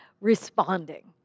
responding